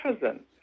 cousin